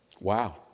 Wow